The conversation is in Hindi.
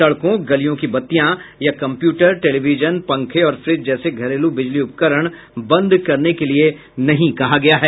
सड़कों गलियों की बत्तियां या कंप्यूटर टेलीविजन पंखे और फ्रिज जैसे घरेलू बिजली उपकरण बंद करने के लिए नहीं कहा गया है